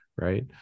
right